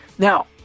now